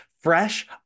fresh